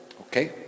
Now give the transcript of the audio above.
Okay